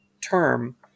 term